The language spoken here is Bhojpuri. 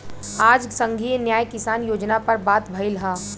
आज संघीय न्याय किसान योजना पर बात भईल ह